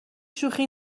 شوخی